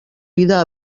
vida